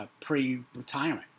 pre-retirement